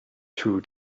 two